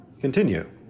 continue